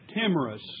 timorous